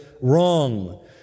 wrong